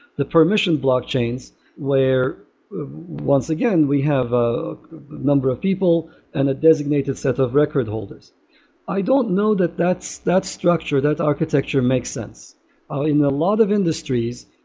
the permission blockchains where once again, we have a number of people and a designated set of record holders i don't know that that structure, that architecture makes sense ah in a lot of industries.